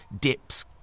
dips